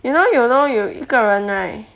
you know you know 有一个人 right